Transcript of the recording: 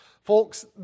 folks